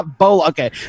Okay